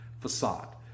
facade